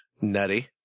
nutty